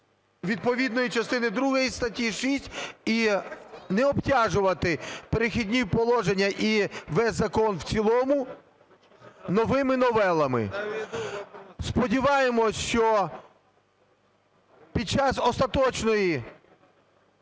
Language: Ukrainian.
відповідної частини другої статті 6 і не обтяжувати "Перехідні положення" і весь закон в цілому новими новелами. Сподіваємось, що під час остаточної